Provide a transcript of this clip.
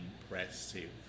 impressive